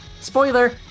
Spoiler